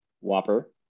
Whopper